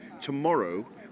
Tomorrow